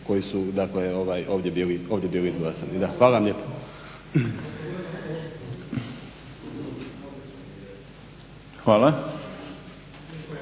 koji su ovdje bili izglasani. Hvala vam lijepo.